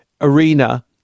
arena